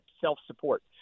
self-support